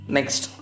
Next